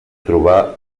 trobar